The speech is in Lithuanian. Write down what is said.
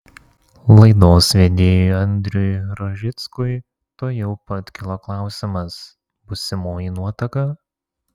laidos vedėjui andriui rožickui tuojau pat kilo klausimas būsimoji nuotaka